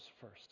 first